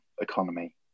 economy